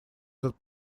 этот